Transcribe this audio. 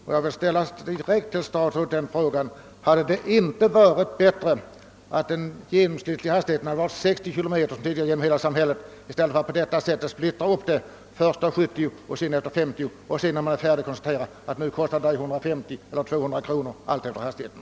Därför vill jag direkt fråga statsrådet om det inte hade varit bättre att tillåta 60 km tim och därefter konstatera att det kostar 150 eller 200 kronor alltefter hastigheten.